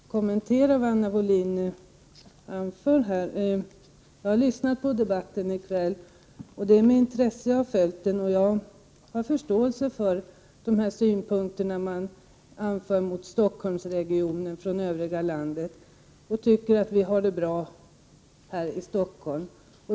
Herr talman! Jag vill kortfattat kommentera vad Anna Wohlin-Andersson anförde. Jag har lyssnat på debatten i kväll, och det är med intresse jag har följt den. Jag har förståelse för de synpunkter som människor från övriga landet anför mot Stockholmsregionen. Ni tycker vi har det bra här i Stockholm.